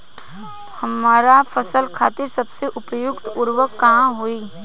हमार फसल खातिर सबसे उपयुक्त उर्वरक का होई?